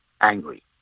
angry